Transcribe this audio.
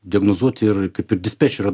diagnozuoti ir kaip ir dispečerio